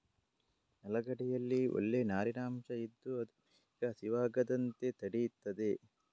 ನೆಲಗಡಲೆಯಲ್ಲಿ ಒಳ್ಳೇ ನಾರಿನ ಅಂಶ ಇದ್ದು ಅದು ಬೇಗ ಹಸಿವಾಗದಂತೆ ತಡೀತದೆ